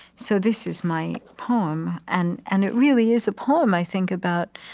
so this is my poem. and and it really is a poem, i think, about